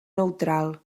neutral